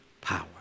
power